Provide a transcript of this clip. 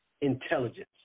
Intelligence